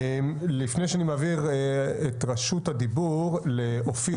לפני שאני מעביר את רשות הדיבור לאופיר